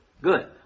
Good